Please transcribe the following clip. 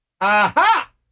Aha